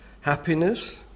happiness